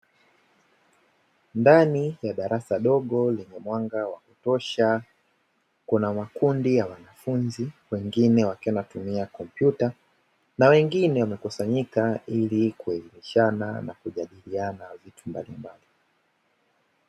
Ndani ya darasa dogo lenye mwanga wa kutosha, kuna makundi ya wanafunzi; wengine wakiwa wanatumia kompyuta na wengine wamekusanyika ili kuelimishana na kujadiliana vitu mbalimbali.